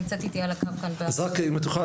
אם את יכולה